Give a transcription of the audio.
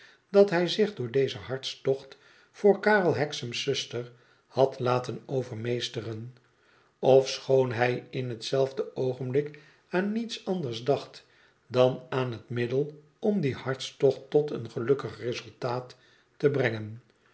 dat hij zich door dezen hartstocht voor karel hexam's zuster bad laten overmeesteren ofschoon hij in hetzelfde oogenblik aan niets anders dacht dan aan het middel om dien hartstocht tot een gelukkig resultaat te brengen